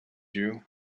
you